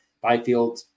Byfield